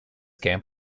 camp